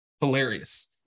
hilarious